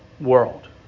world